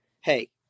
hey